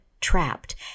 trapped